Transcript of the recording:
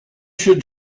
should